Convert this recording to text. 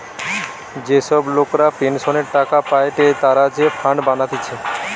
যে সব লোকরা পেনসনের টাকা পায়েটে তারা যে ফান্ড বানাতিছে